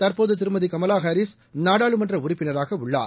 தற்போதுதிருமதிகமலாஹாரிஸ் நாடாளுமன்றஉறுப்பினராகஉள்ளார்